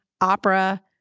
opera